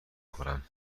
خورم